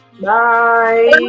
Bye